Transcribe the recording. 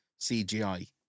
CGI